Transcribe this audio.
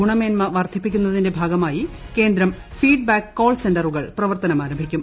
ഗുണമേന്മ വർദ്ധിപ്പിക്കുന്നിന്റെ ഭാഗമായി കേന്ദ്രം ഫീഡ് ബാക്ക് കോൾ സെന്റുകൾ പ്രവർത്തനം ആരംഭിക്കും